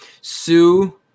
sue